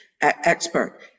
expert